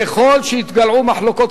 ככל שהתגלעו מחלוקות.